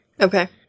Okay